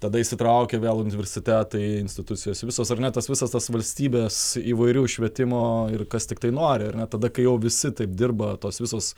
tada įsitraukia vėl universitetai institucijos visos ar ne tas visos tos valstybės įvairių švietimo ir kas tiktai nori ar ne tada kai jau visi taip dirba tos visos